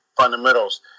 fundamentals